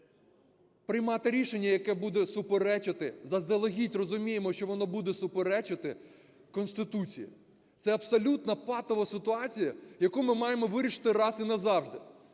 приймати рішення, яке буде суперечити, заздалегідь розуміємо, що воно буде суперечити Конституції. Це абсолютно патова ситуація, яку ми маємо вирішити раз і назавжди.